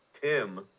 Tim